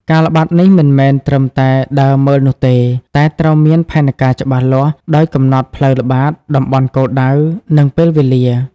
ការល្បាតនេះមិនមែនត្រឹមតែដើរមើលនោះទេ តែត្រូវមានផែនការច្បាស់លាស់ ដោយកំណត់ផ្លូវល្បាត តំបន់គោលដៅ និងពេលវេលា។